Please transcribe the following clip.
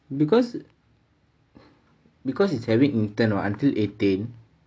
because because he's having intern what until eighteen